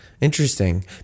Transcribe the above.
Interesting